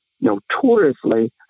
notoriously